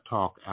Talk